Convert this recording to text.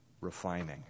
Refining